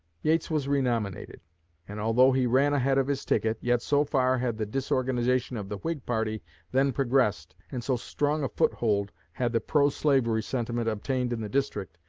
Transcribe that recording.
yates was renominated and although he ran ahead of his ticket, yet so far had the disorganization of the whig party then progressed, and so strong a foothold had the pro-slavery sentiment obtained in the district,